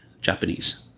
Japanese